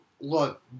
look